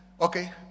Okay